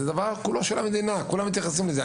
זה דבר כולו של המדינה, כולם מתייחסים לזה.